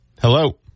Hello